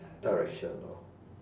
direction lor